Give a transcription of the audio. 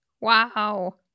Wow